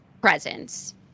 presence